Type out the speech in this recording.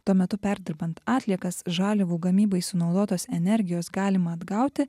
tuo metu perdirbant atliekas žaliavų gamybai sunaudotos energijos galima atgauti